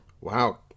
Wow